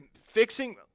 fixing –